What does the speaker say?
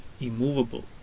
immovable